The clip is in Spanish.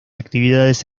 actividades